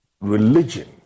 religion